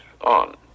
on